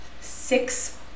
six